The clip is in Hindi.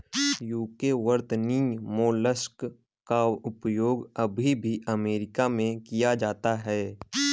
यूके वर्तनी मोलस्क का उपयोग अभी भी अमेरिका में किया जाता है